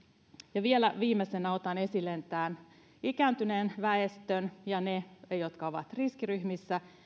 vielä viimeisenä otan esille tämän ikääntyneen väestön ja heidät jotka ovat riskiryhmissä